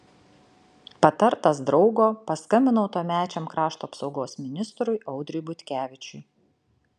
patartas draugo paskambinau tuomečiam krašto apsaugos ministrui audriui butkevičiui